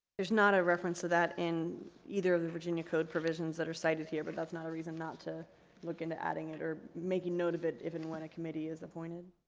theres not a reference to that in either of the virginia code provisions that are cited here but that's not a reason not to look into adding it or making note of it if and when a committee is appointed